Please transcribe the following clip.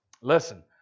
Listen